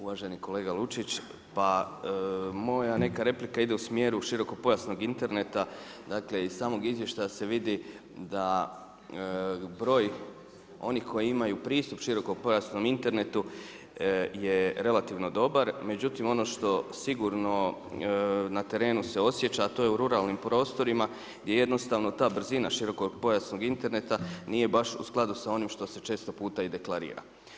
Uvaženi kolega Lučić, pa moja neka replika ide u smjeru širokopojasnog interneta, dakle iz samog izvještaja se vidi, da broj onih koji imaju pristup širokopojasnom internetu je relativno dobar, međutim ono što sigurno na terenu se osjeća, to je na ruralnim prostorima, gdje jednostavno ta brzina širokopojasnog interneta, nije baš u skladu sa onim što se često puta i deklarira.